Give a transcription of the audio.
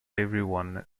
everyone